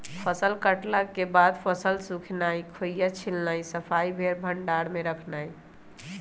फसल कटला के बाद फसल सुखेनाई, खोइया छिलनाइ, सफाइ, फेर भण्डार में रखनाइ